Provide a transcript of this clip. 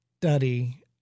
study